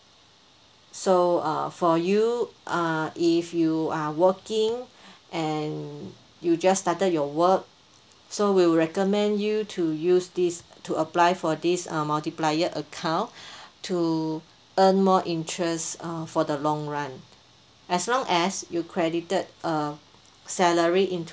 so uh for you uh if you are working and you just started your work so we'll recommend you to use this to apply for this uh multiplier account to earn more interest uh for the long run as long as you credited uh salary into